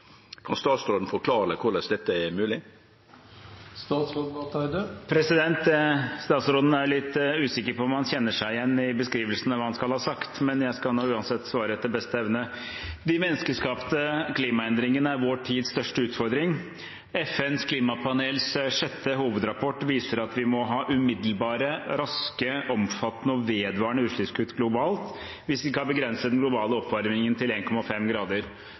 Kan statsråden forklare korleis dette er mogleg?» Statsråden er litt usikker på om han kjenner seg igjen i beskrivelsen av hva han skal ha sagt, men jeg skal nå uansett svare etter beste evne. De menneskeskapte klimaendringene er vår tids største utfordring. FNs klimapanels sjette hovedrapport viser at vi må ha umiddelbare, raske, omfattende og vedvarende utslippskutt globalt hvis vi skal begrense den globale oppvarmingen til 1,5 grader.